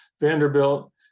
Vanderbilt